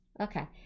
okay